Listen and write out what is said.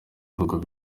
bihugu